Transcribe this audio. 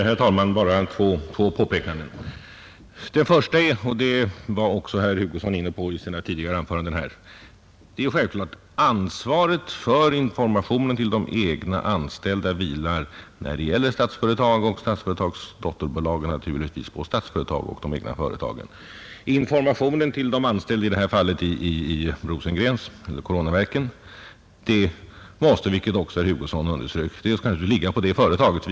Herr talman! Bara två påpekanden. Naturligtvis vilar ansvaret för informationen till de egna anställda — det var också herr Hugosson inne på — när det gäller Statsföretag och dess dotterbolag just på Statsföretag och dess dotterbolag. Informationen till de anställda vid E. A. Rosengrens AB eller Coronaverken måste däremot — vilket herr Hugosson också underströk — åligga det företaget.